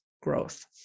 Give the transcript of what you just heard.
growth